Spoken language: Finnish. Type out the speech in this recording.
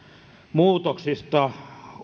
muutoksista